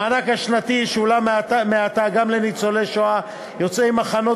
המענק השנתי ישולם מעתה גם לניצולי שואה יוצאי מחנות